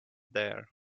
there